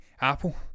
Apple